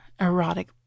erotic